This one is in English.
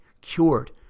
cured